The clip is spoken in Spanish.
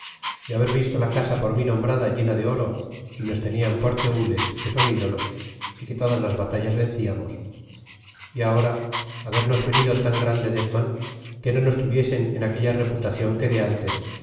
y haber visto la casa por mí nombrada llena de oro y nos tenian por tenles que son ídolos y que todas las batallas venciamos é aora habernos venido tan grande desman que no nos tuviesen en aquella reputacion que de a ntes